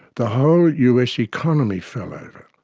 the whole us economy fell over.